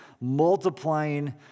multiplying